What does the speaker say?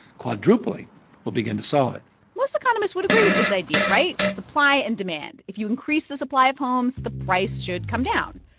quadrupling will begin to solve it most economists would agree with this idea, right? supply and demand if you increase the supply of homes, the price should come down.